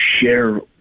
share